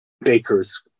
bakers